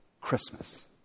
Christmas